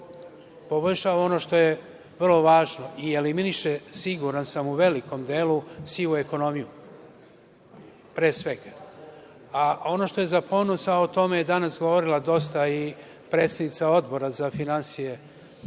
poboljšava ono što je vrlo važno i eliminiše siguran sam u velikom delu sivu ekonomiju, pre svega. Ono što je za ponos, a o tome je danas govorila dosta i predsednica Odbora za finansije